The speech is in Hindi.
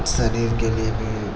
शरीर के लिए भी